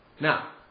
Now